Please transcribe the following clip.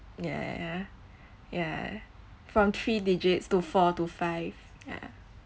ya ya ya ya from three digits to four to five ya